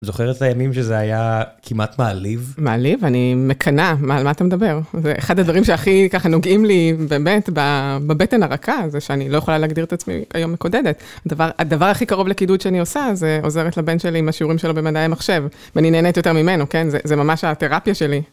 זוכרת הימים שזה היה כמעט מעליב? מעליב? אני מקנאה, על מה אתה מדבר. ואחד הדברים שהכי ככה נוגעים לי באמת בבטן הרכה, זה שאני לא יכולה להגדיר את עצמי היום מקודדת. הדבר הכי קרוב לקידוד שאני עושה זה עוזרת לבן שלי עם השיעורים שלו במדעי המחשב, ואני נהנית יותר ממנו, כן? זה ממש התרפיה שלי.